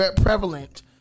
prevalent